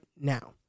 now